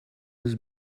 eus